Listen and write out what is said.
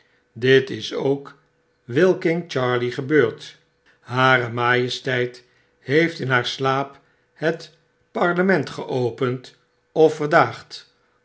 dit is ook wilking charley gebeurd haar majesteit heeft in haar slaap het parlement geopend of